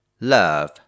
Love